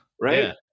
right